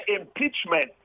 impeachment